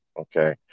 okay